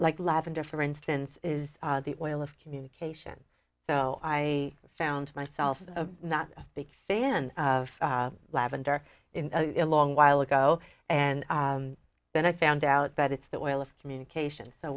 like lavender for instance is the oil of communication so i found myself not a big fan of lavender in a long while ago and then i found out that it's that oil of communication so